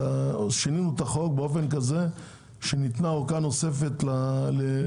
שינינו את החוק באופן כזה שניתנה אורכה נוספת לתאגידים,